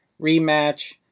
rematch